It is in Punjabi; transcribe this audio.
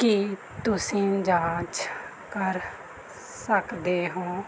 ਕੀ ਤੁਸੀਂ ਜਾਂਚ ਕਰ ਸਕਦੇ ਹੋ